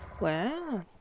Wow